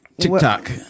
TikTok